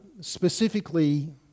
specifically